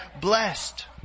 blessed